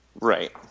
Right